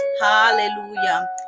hallelujah